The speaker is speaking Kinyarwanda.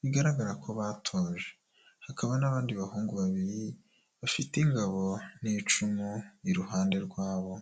bigaragara ko batojwe. Hakaba n'abandi bahungu babiri bafite ingabo n'icumu iruhande rwabo.